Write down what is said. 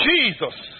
Jesus